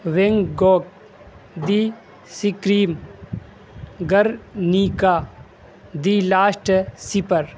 wing Gogh the scream Guernica the last سیپر